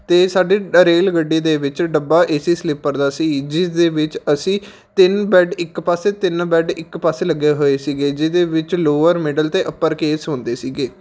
ਅਤੇ ਸਾਡੇ ਰੇਲ ਗੱਡੀ ਦੇ ਵਿੱਚ ਡੱਬਾ ਏਸੀ ਸਲਿੱਪਰ ਦਾ ਸੀ ਜਿਸ ਦੇ ਵਿੱਚ ਅਸੀਂ ਤਿੰਨ ਬੈਡ ਇੱਕ ਪਾਸੇ ਤਿੰਨ ਬੈਡ ਇੱਕ ਪਾਸੇ ਲੱਗੇ ਹੋਏ ਸੀਗੇ ਜਿਹਦੇ ਵਿੱਚ ਲੋਅਰ ਮਿਡਲ ਅਤੇ ਅਪਰ ਕੇਸ ਹੁੰਦੇ ਸੀਗੇ